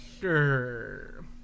Sure